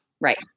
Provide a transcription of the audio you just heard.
right